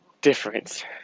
difference